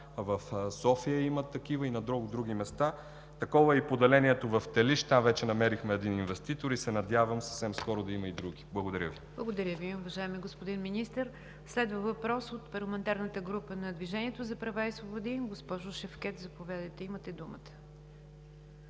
в София имат такива и на много други места. Такова е и поделението в Телиш. Там вече намерихме един инвеститор. Надявам се съвсем скоро да има и други. Благодаря Ви. ПРЕДСЕДАТЕЛ НИГЯР ДЖАФЕР: Благодаря Ви, уважаеми господин Министър. Следва въпрос от парламентарната група на „Движението за права и свободи“. Госпожо Шевкед, заповядайте – имате думата.